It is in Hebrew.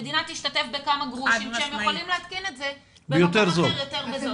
ושהמדינה תשתתף בכמה אגורות כשהם יכולים להתקין את זה במחיר יותר זול.